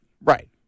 Right